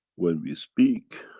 when we speak